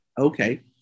Okay